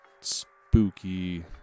spooky